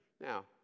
Now